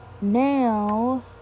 now